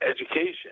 education